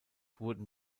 wurden